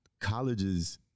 colleges